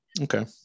Okay